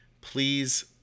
please